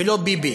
ולא ביבי.